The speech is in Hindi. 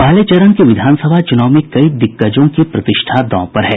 पहले चरण के विधानसभा चुनाव में कई दिग्गजों की प्रतिष्ठा दांव पर है